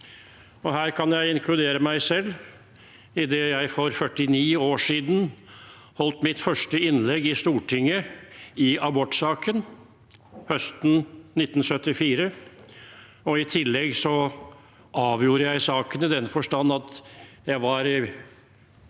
Her kan jeg inkludere meg selv, idet jeg for 49 år siden holdt mitt første innlegg i Stortinget i abortsaken høsten 1974, og i tillegg avgjorde saken i den forstand at jeg var